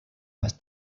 más